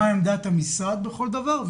מה עמדת המשרד בכל דבר.